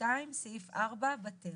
(2)סעיף 4, בטל,